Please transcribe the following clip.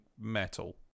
metal